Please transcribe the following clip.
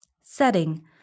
Setting